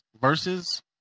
versus